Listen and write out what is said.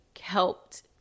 helped